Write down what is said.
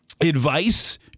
advice